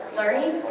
learning